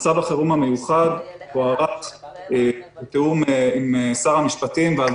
מצב החירום המיוחד הוארך בתיאום עם שר